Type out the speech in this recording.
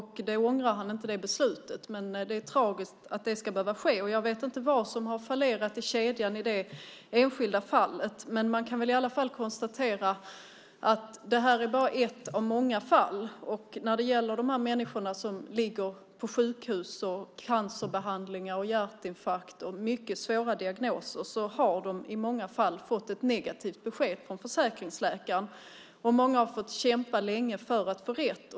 Han ångrar inte det beslutet, men det är tragiskt att det ska behöva ske. Jag vet inte vad som har fallerat i kedjan i det enskilda fallet, men man kan i alla fall konstatera att det här bara är ett av många fall. De människor som ligger på sjukhus och behandlas för cancer eller hjärtinfarkt med mycket svåra diagnoser har i många fall fått negativt besked från försäkringsläkaren. Många har fått kämpa länge för att få rätt.